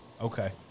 Okay